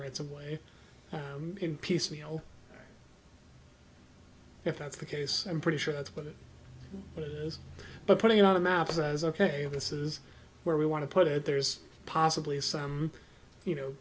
rights away in piecemeal if that's the case i'm pretty sure that's what it is but putting it on a map says ok this is where we want to put it there's possibly some you know